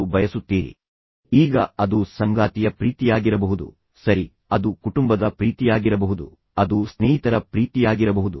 ಇದನ್ನು ಹೇಳುವುದರಿಂದ ಅದು 10 ಪ್ರಿಯವಾಗುವುದಿಲ್ಲ ನನ್ನ ಪ್ರಿಯ ಮಗ ಇದು 10 ಅಲ್ಲ ಆದರೆ ಇದನ್ನು ಹೇಳುವುದು